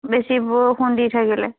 বেছি বৰষুণ দি থাকিলে